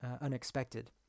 unexpected